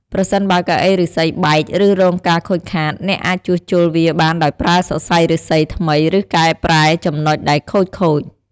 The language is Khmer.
ប្រសិនបើកៅអីឫស្សីបែក ឬរងការខូចខាត អ្នកអាចជួសជុលវាបានដោយប្រើសរសៃឫស្សីថ្មីឬកែប្រែចំណុចដែលខូចៗ។